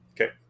Okay